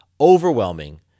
overwhelming